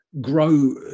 grow